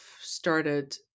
started